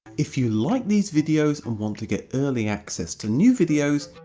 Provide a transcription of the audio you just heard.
if you like these videos and want to get early access to new videos,